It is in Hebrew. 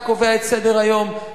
אתה קובע את סדר-היום,